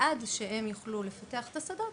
ועד שהם יוכלו לפתח את השדות,